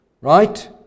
right